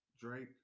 Drake